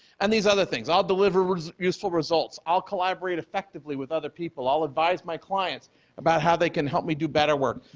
and these other things, i'll deliver useful results, i'll collaborate effectively with other people, i'll advice my clients about how they can help me do better work.